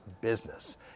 business